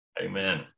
Amen